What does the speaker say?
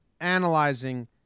analyzing